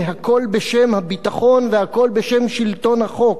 והכול בשם הביטחון והכול בשם שלטון החוק?